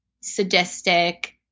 sadistic